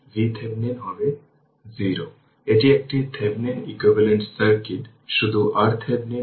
এই 2টি parallel equivalent আমরা নিয়েছি এবং এটি কারেন্ট i3 এবং এটি 8 Ω প্রতিরেজিস্টেন্স